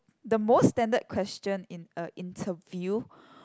the most standard question in a interview